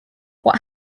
what